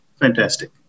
Fantastic